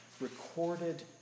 recorded